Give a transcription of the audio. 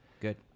Good